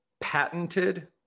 patented